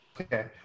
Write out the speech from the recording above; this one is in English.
Okay